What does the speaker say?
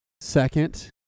second